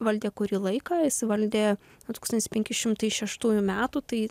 valdė kurį laiką jis valdė nuo tūkstantis penki šimtai šeštųjų metų tai